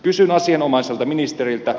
kysyn asianomaiselta ministeriltä